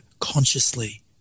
consciously